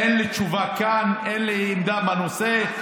אין לי תשובה כאן, אין לי עמדה בנושא.